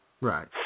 Right